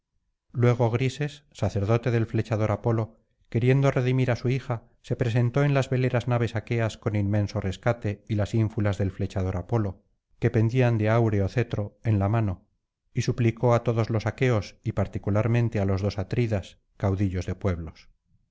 luego grises sacerdote del flechador apolo queriendo redimir á su hija se presentó en las veleras naves aqueas con inmenso rescate y las ínfulas del flechador apolo que pendían de áureo cetro en la mano y suplicó á todos los aqueos y particularmente á los dos atridas caudillos de pueblos